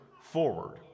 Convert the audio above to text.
forward